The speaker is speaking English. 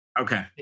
Okay